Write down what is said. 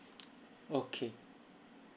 okay